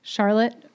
Charlotte